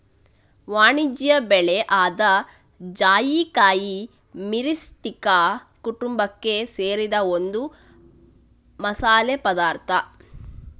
ವಾಣಿಜ್ಯ ಬೆಳೆ ಆದ ಜಾಯಿಕಾಯಿ ಮಿರಿಸ್ಟಿಕಾ ಕುಟುಂಬಕ್ಕೆ ಸೇರಿದ ಒಂದು ಮಸಾಲೆ ಪದಾರ್ಥ